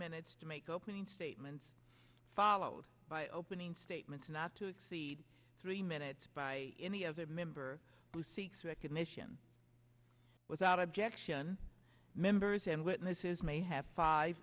minutes to make opening statements followed by opening statements not to exceed three minutes by any other member who seeks recognition without objection members and witnesses may have five